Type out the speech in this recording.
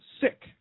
sick